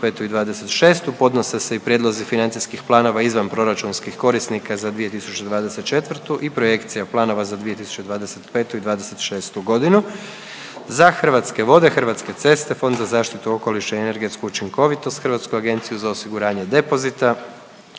i '26. podnose se i prijedlozi financijskih planova izvanproračunskih korisnika za 2024. i projekcija planova za 2025. i '26. godinu za Hrvatske vode, Hrvatske ceste, Fond za zaštitu okoliša i energetsku učinkovitost, Hrvatsku agenciju za osiguranje depozita,